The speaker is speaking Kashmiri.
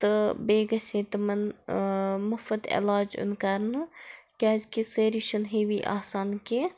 تہٕ بیٚیہِ گَژھِ ہے تِمَن مُفت علاج یُن کَرنہٕ کیٛازکہِ سٲری چھِنہٕ ہِوی آسان کیٚنٛہہ